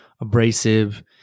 abrasive